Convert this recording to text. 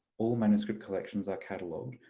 all manuscript collections are catalogued,